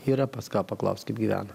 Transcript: yra pas ką paklaust kaip gyvena